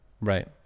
Right